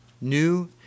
new